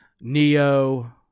Neo